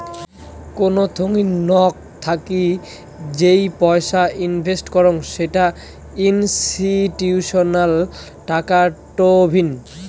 কোন থোংনি নক থাকি যেই পয়সা ইনভেস্ট করং সেটা ইনস্টিটিউশনাল টাকা টঙ্নি